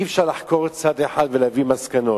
אי-אפשר לחקור צד אחד ולהביא מסקנות,